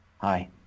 hi